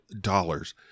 dollars